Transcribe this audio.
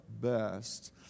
best